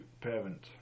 parent